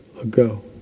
ago